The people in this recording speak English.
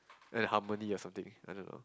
then the harmony or something I don't know